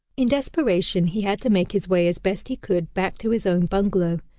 in desperation he had to make his way as best he could back to his own bungalow,